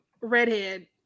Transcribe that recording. redhead